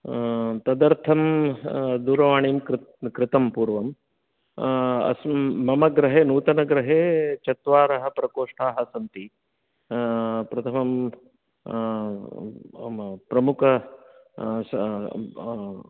तदर्थं दूरवाणीं कृ कृतं पूर्वं अस्मिन् मम गृहे नूतनगृहे चत्वारः प्रकोष्टाः सन्ति प्रथमं प्रमुख स